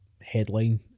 headline